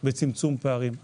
בצמצום פערים.